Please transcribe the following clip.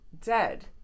Dead